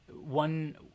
One